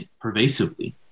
pervasively